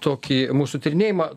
tokį mūsų tyrinėjimą